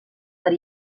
per